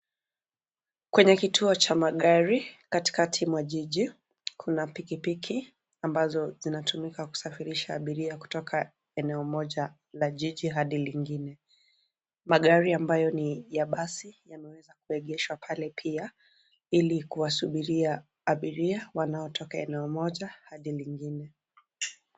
Kwenye kituo cha magari katikati mwa jiji, Kuna pikikpiki ambazo zinatumika kusafirisha abiria kutoka eneo mojaya jiji hadi lingine. Magari ambayo ni ya basi yameweza kuegeshwa pale ili kuwsubiria abiria wanaotoka eneo moja hadi lingine.